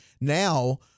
Now